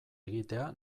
egitea